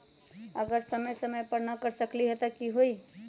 अगर समय समय पर न कर सकील त कि हुई?